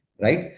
right